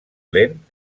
lent